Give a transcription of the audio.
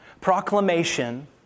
proclamation